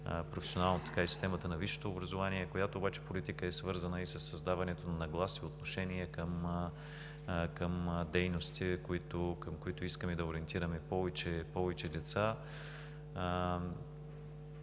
професионалното, така и в системата на висшето образование, която политика обаче е свързана със създаването на нагласи и отношение към дейностите, към които искаме да ориентираме повече деца.